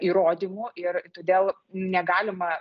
įrodymų ir todėl negalima